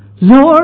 Lord